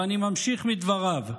ואני ממשיך בדבריו: